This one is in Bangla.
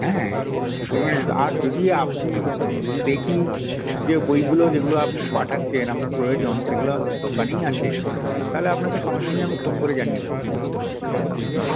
হ্যাঁ যে পরিমাণেই আর যদি আপনি যদি দেখি যে বইগুলো যেগুলো আপনি পাঠাচ্ছেন আপনার প্রয়োজন সেগুলো দোকানেই আছে তাহলে আপনাকে সঙ্গে সঙ্গে আমি ফোন করে জানিয়ে দেব